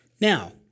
Now